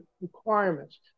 requirements